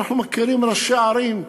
ואנחנו מכירים ראשי ערים,